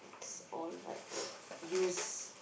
it's all like used